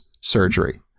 surgery